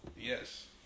Yes